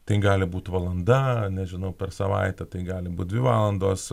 tai gali būt valanda nežinau per savaitę tai gali būt dvi valandos